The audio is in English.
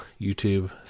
YouTube